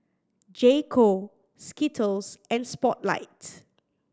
J Co Skittles and Spotlight